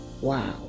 Wow